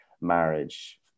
marriage